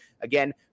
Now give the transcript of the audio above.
again